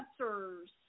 answers